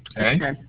and